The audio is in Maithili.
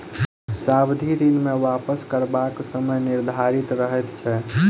सावधि ऋण मे वापस करबाक समय निर्धारित रहैत छै